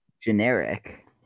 generic